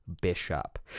Bishop